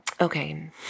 okay